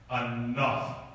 Enough